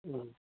ആ